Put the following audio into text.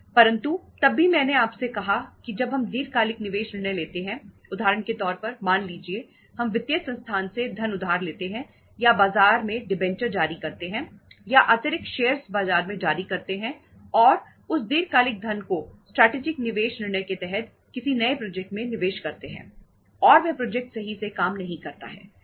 परंतु तब भी मैंने आपसे कहा कि जब हम दीर्घकालिक निवेश निर्णय लेते हैं उदाहरण के तौर पर मान लीजिए हम वित्तीय संस्थान से धन उधार पर लेते हैं या बाजार में डिवेंचर में निवेश करते हैं और वह प्रोजेक्ट सही से काम नहीं करता है